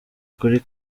kuri